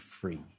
free